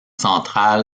centrale